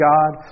God